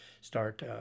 start